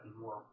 more